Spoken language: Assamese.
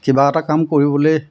কিবা এটা কাম কৰিবলৈ